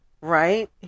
right